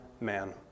man